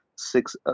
six